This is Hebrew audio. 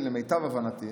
למיטב הבנתי,